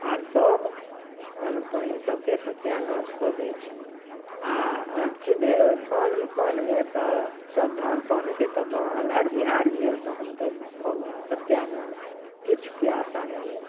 आर सब अन्न पानि सबके सत्यानाश कऽ दय छै आ अथी भेल धान पानमे तऽ सब धान पानके तऽ अन्हरि बिहरि भेल तहन तऽ भऽ गेल सत्यानाश किछु के आशा नहि अइ